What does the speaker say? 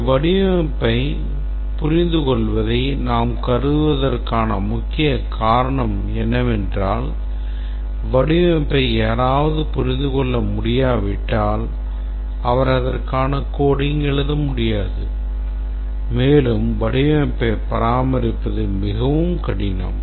ஒரு வடிவமைப்பைப் புரிந்துகொள்வதை நாம் கருதுவதற்கான முக்கிய காரணம் என்னவென்றால் வடிவமைப்பை யாராவது புரிந்து கொள்ள முடியாவிட்டால் அவர் அதற்கான coding எழுத முடியாது மேலும் வடிவமைப்பைப் பராமரிப்பது மிகவும் கடினம்